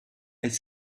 est